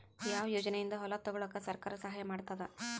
ಯಾವ ಯೋಜನೆಯಿಂದ ಹೊಲ ತೊಗೊಲುಕ ಸರ್ಕಾರ ಸಹಾಯ ಮಾಡತಾದ?